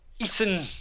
Ethan